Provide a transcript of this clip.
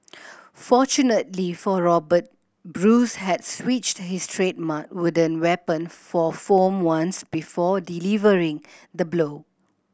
fortunately for Robert Bruce had switched his trademark wooden weapon for foam ones before delivering the blow